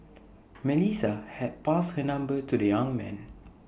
Melissa had passed her number to the young man